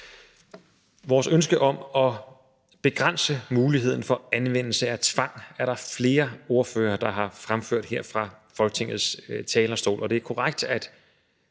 Ønsket om at begrænse muligheden for anvendelse af tvang er der flere ordførere, der har fremført her fra Folketingets talerstol. Det er korrekt, at